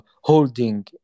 holding